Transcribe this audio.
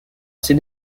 assez